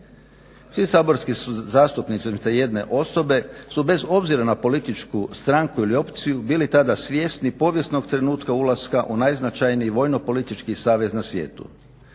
Svi saborski su zastupnici, osim te jedne osobe, su bez obzira na političku stranku ili opciju bili tada svjesni povijesnog trenutka ulaska u najznačajniji vojno-politički savez na svijetu.